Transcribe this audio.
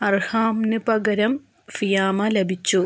അർഹാംന് പകരം ഫിയാമ ലഭിച്ചു